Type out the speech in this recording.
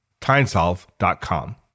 TimeSolve.com